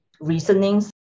reasonings